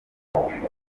igitaramo